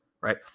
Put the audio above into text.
right